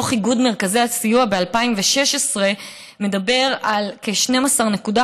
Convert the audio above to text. דוח איגוד מרכזי הסיוע ב-2016 מדבר על כ-12.5%